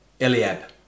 Eliab